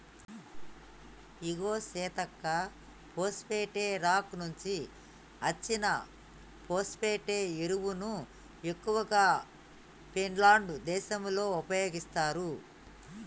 ఇగో Seethakka phosphate rock నుంచి అచ్చిన phosphate ఎరువును ఎక్కువగా ఫిన్లాండ్ దేశంలో ఉపయోగిత్తారు